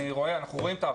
אנחנו רואים את העבודה.